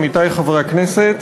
עמיתי חברי הכנסת,